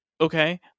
Okay